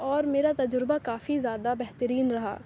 اور میرا تجربہ کافی زیادہ بہترین رہا